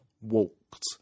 walked